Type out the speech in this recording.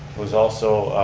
was also